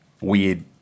weird